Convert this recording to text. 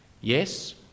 yes